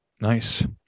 Nice